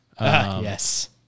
yes